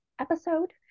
episode